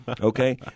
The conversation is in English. okay